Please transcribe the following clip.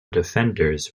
defenders